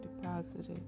deposit